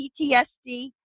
PTSD